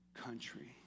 country